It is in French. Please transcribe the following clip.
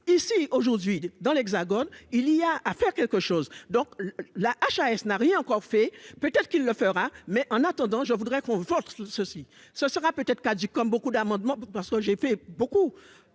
ici aujourd'hui dans l'Hexagone, il y a à faire quelque chose, donc, la HAS n'a rien fait, peut-être qu'il le fera, mais en attendant, je voudrais qu'on vote ceci, ça sera peut-être comme beaucoup d'amendements parce que j'ai fait beaucoup,